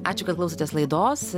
ačiū kad klausotės laidos